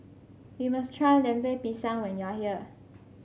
you must try Lemper Pisang when you are here